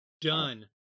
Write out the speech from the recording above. done